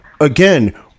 Again